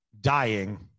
dying